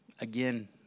Again